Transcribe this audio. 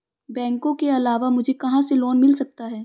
बैंकों के अलावा मुझे कहां से लोंन मिल सकता है?